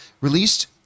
released